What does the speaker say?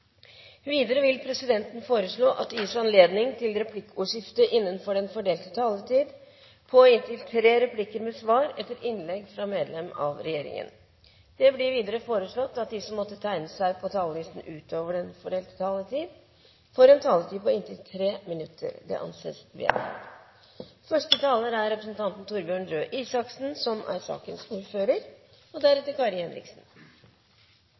Videre vil presidenten foreslå at det gis anledning til replikkordskifte på inntil tre replikker med svar etter innlegg fra medlem av regjeringen innenfor den fordelte taletid. Videre blir det foreslått at de som måtte tegne seg på talerlisten utover den fordelte taletid, får en taletid på inntil 3 minutter. – Det anses vedtatt. For Høyre er utgangspunktet for all velferdspolitikk at man trenger aktivitet, og gjerne aktivitet fra så tidlig av som